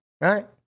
right